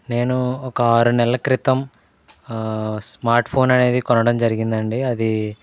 నేను ఒక ఆరు నెలల క్రితం స్మార్ట్ఫోన్ అనేది కొనడం జరిగింది అండి అది